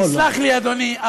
תסלח לי, אדוני.